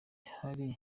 hari